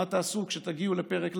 מה תעשו כשתגיעו לפרק ל"ב,